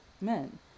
men